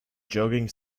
jogging